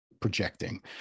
projecting